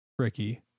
tricky